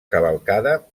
cavalcada